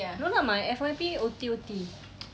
no lah my F_Y_P O_T_O_T